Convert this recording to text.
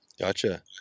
Gotcha